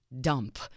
dump